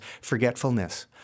forgetfulness